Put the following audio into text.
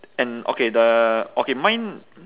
and okay the okay mine